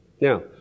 Now